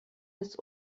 des